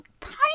tiny